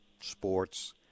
sports